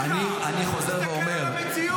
אני חוזר ואומר --- תסתכל על המציאות.